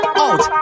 out